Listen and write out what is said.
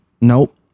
Nope